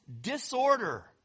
disorder